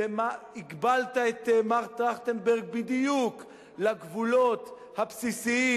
הגבלת את מר טרכטנברג בדיוק לגבולות הבסיסיים